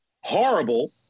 horrible